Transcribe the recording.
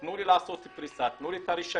תנו לי לעשות פריסה, תנו לי את הרישיון,